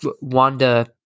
Wanda